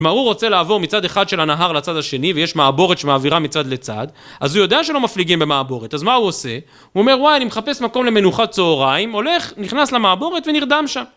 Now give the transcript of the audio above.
כלומר, הוא רוצה לעבור מצד אחד של הנהר לצד השני ויש מעבורת שמעבירה מצד לצד, אז הוא יודע שלא מפליגים במעבורת, אז מה הוא עושה? הוא אומר, וואי, אני מחפש מקום למנוחת צהריים, הולך, נכנס למעבורת ונרדם שם.